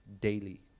daily